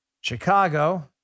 Chicago